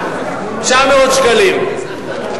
900 שקלים,